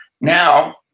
now